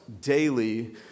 daily